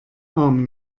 arm